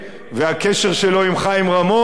והקשר שלו עם חיים רמון,